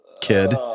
kid